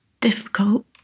difficult